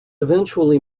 eventually